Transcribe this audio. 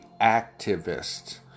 activists